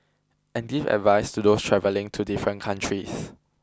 and give advice to those travelling to different countries